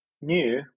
new